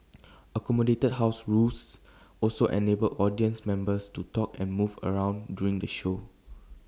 accommodated house rules also enabled audience members to talk and move around during the show